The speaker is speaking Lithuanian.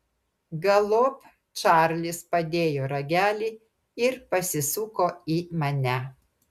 galop čarlis padėjo ragelį ir pasisuko į mane